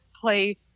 play